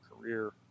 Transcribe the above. career